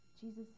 Jesus